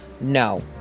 No